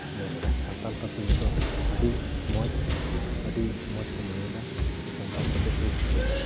ᱢᱮᱱᱮᱫᱟ ᱥᱟᱱᱛᱟᱲ ᱯᱟᱹᱨᱥᱤ ᱱᱚᱛᱚᱜ ᱟᱹᱰᱤ ᱢᱚᱡᱽ ᱟᱹᱰᱤ ᱢᱚᱡᱽ ᱠᱚ ᱢᱚᱱᱮᱭᱮᱫᱟ ᱥᱟᱱᱛᱟᱲ ᱯᱟᱹᱨᱥᱤ ᱟᱹᱰᱤ ᱡᱳᱨᱠᱚ ᱠᱩᱥᱤᱭᱟᱜ ᱠᱟᱱᱟ